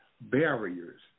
barriers